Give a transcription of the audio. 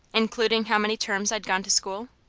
including how many terms i'd gone to school?